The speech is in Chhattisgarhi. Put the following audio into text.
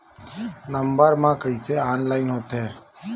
नम्बर मा कइसे ऑनलाइन होथे?